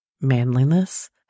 Manliness